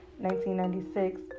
1996